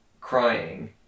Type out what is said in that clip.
crying